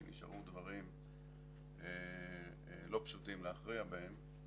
כשנשארו דברים לא פשוטים להכריע בהם,